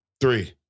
Three